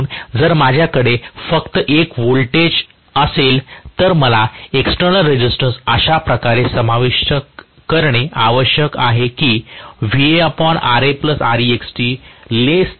म्हणून जर माझ्याकडे फक्त एक निश्चित व्होल्टेज असेल तर मला एक्सटेर्नल रेसिस्टन्स अशा प्रकारे समाविष्ट करणे आवश्यक आहे कि